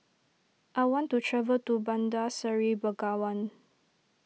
I want to travel to Bandar Seri Begawan